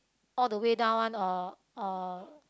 all the way down one or or